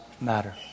Matter